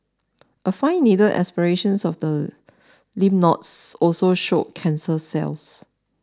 a fine needle aspiration of the lymph nodes also showed cancer cells